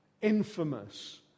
infamous